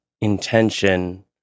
intention